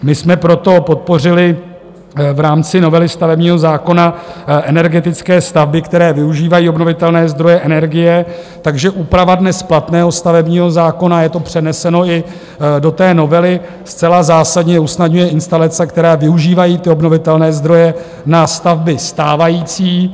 My jsme proto podpořili v rámci novely stavebního zákona energetické stavby, které využívají obnovitelné zdroje energie, takže úprava dnes platného stavebního zákona, je to přeneseno i do té novely, zcela zásadně usnadňuje instalace, které využívají obnovitelné zdroje, na stavby stávající.